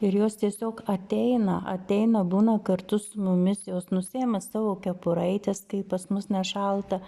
ir jos tiesiog ateina ateina būna kartu su mumis jos nusiima savo kepuraites kai pas mus nešalta